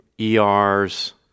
ERs